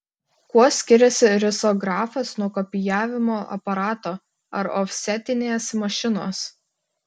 kuo skiriasi risografas nuo kopijavimo aparato ar ofsetinės mašinos